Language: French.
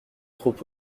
trop